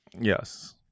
Yes